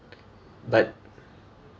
but